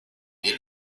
del